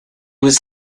was